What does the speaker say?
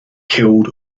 killed